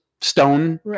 stone